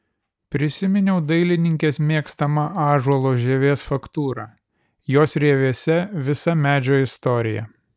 prisiminiau dailininkės mėgstamą ąžuolo žievės faktūrą jos rievėse visa medžio istorija